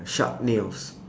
sharp nails